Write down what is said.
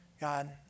God